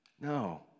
No